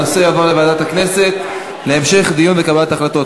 הנושא יעבור לוועדת הכנסת להמשך דיון וקבלת החלטות.